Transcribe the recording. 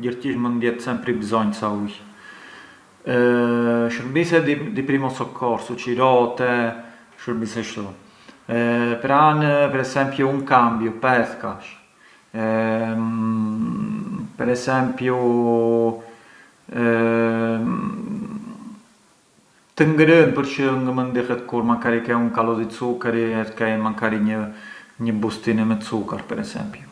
gjërgjish mënd jet sempri mbzonjë ca ujë, shurbise di primu soccorsu, çirote, shurbise shtu, pranë per esempiu un cambiu pethkash, per esempiu të ngrënë, përçë ngë mënd dihet kurrë, makari ke un calu di zuccheri e ke makari një bustine me cukar per esempiu.